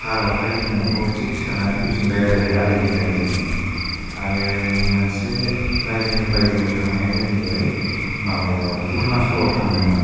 काराव हाय जोङो भरथिब सोनानै फैफिनबाय आरो बे आदैनि गारिजोंनो आरो मोनसे रायजोनि बायजोआव थांनाया जाहैबाय माबायाव अरुनाचलाव थांदोंमोन